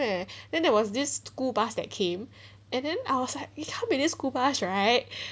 leh and then there was this school bus that came and then I was like it can't be this school bus right